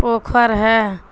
پوخر ہے